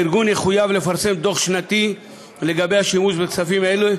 הארגון יחויב לפרסם דוח שנתי על השימוש בכספים האלה,